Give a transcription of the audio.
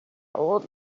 old